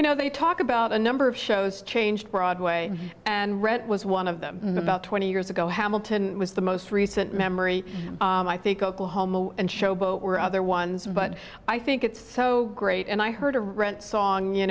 you know they talk about a number of shows changed broadway and rent was one of them about twenty years ago how milton was the most recent memory i think oklahoma and showboat were other ones but i think it's so great and i heard a rent song you